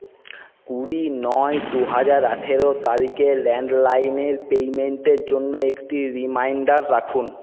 কুড়ি নয় দু হাজার আঠেরো তারিকে ল্যান্ডলাইনের পেমেন্টের জন্য একটি রিমাইন্ডার রাখুন